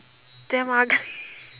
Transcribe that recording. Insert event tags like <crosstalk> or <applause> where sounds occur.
damn ugly <laughs>